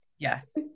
Yes